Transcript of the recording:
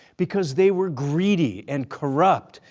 because they were greedy and corrupt,